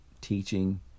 teaching